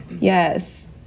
yes